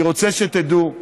אני רוצה שתדעו,